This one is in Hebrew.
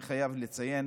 אני חייב לציין